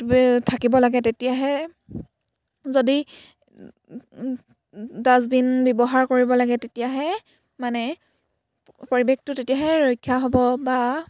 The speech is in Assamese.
থাকিব লাগে তেতিয়াহে যদি ডাষ্টবিন ব্যৱহাৰ কৰিব লাগে তেতিয়াহে মানে পৰিৱেশটো তেতিয়াহে ৰক্ষা হ'ব বা